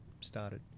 started